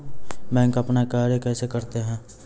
Bank अपन कार्य कैसे करते है?